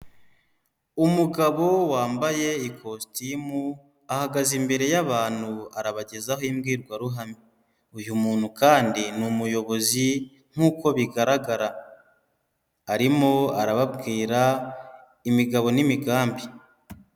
Umugabo wambaye ikositimu, ahagaze imbere y'abantu arabagezaho imbwirwaruhame, uyu muntu kandi ni umuyobozi nkuko bigaragara, arimo arababwira imigabo n'imigambi.